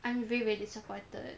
I am very very disappointed